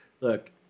look